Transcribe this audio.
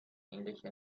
ähnliche